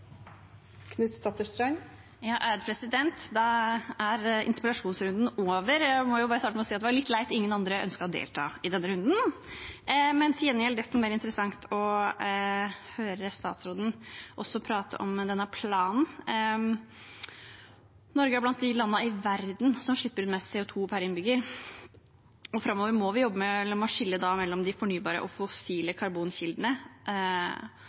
er interpellasjonsrunden over. Jeg må si at det var litt leit at ingen andre ønsket å delta i denne runden. Til gjengjeld: Det er desto mer interessant å høre statsråden prate om denne planen. Norge er blant de landene i verden som slipper ut mest CO 2 per innbygger. Framover må vi jobbe med å skille mellom de fornybare og